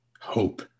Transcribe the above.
Hope